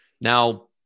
Now